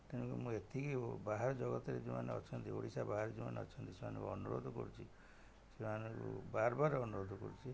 ତେଣୁକରି ମୁଁ ଏତିକି ବାହାର ଜଗତରେ ଯୋଉମାନେ ଅଛନ୍ତି ସେମାନଙ୍କୁ ଅନୁରୋଧ କରୁଛି ସେମାନଙ୍କୁ ବାର ବାର ଅନୁରୋଧ କରୁଛି